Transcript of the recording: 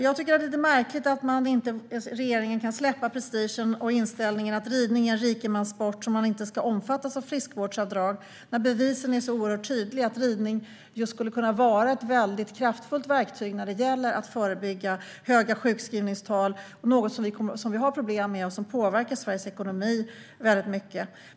Jag tycker att det är lite märkligt att regeringen inte kan släppa prestigen och inställningen att ridning är en rikemanssport som inte ska omfattas av friskvårdsavdrag när bevisen är så oerhört tydliga för att ridning skulle kunna vara ett kraftfullt verktyg när det gäller att förebygga höga sjukskrivningstal, vilket är något som vi har problem med och som påverkar Sveriges ekonomi mycket.